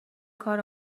کار